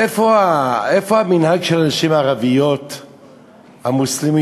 איפה המנהג של הנשים הערביות המוסלמיות,